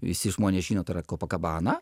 visi žmonės žino tai yra kopakabana